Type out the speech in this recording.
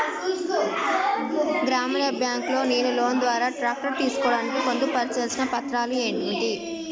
గ్రామీణ బ్యాంక్ లో నేను లోన్ ద్వారా ట్రాక్టర్ తీసుకోవడానికి పొందు పర్చాల్సిన పత్రాలు ఏంటివి?